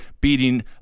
beating